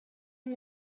him